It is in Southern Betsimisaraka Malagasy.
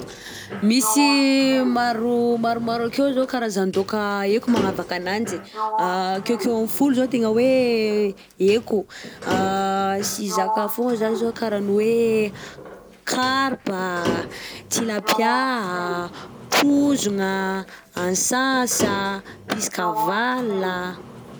Misy maro maromaro akeo zao karazan-daoka haiko magnavaka ananjy, akeokeo am'folo zao tegna hoe haiko: sy hizaka foagna za zao karaha ny hoe karpa, tilapia, trozogna, ansasa, piscaval.